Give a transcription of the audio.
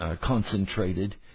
concentrated